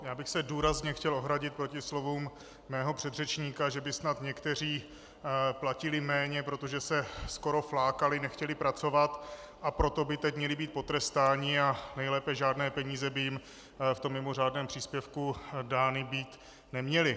Já bych se důrazně chtěl ohradit proti slovům mého předřečníka, že by snad někteří platili méně, protože se skoro flákali, nechtěli pracovat, a proto by teď měli být potrestáni a nejlépe by jim žádné peníze v mimořádném příspěvku dány být neměly.